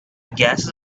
gases